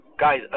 Guys